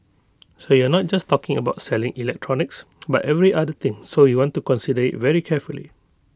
so you're not just talking about selling electronics but every other thing so we want to consider IT very carefully